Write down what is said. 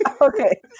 Okay